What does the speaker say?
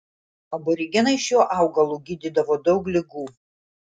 aborigenai šiuo augalu gydydavo daug ligų